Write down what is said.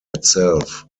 itself